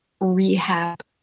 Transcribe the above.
rehab